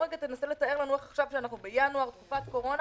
תנסה לתאר לנו מה קורה בינואר בתקופת הקורונה.